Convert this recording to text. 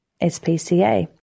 SPCA